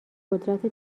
قدرت